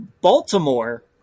Baltimore